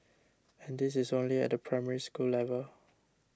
and this is only at the Primary School level